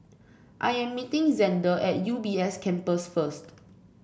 I am meeting Zander at U B S Campus first